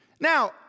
Now